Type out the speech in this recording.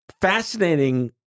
Fascinating